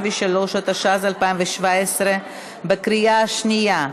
53), התשע"ז 2017, בקריאה שנייה.